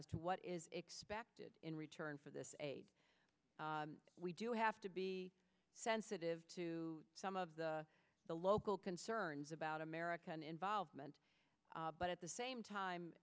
as to what is expected in return for this we do have to be sensitive to some of the the local concerns about american involvement but at the same time